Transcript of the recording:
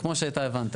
כמו שאתה הבנת,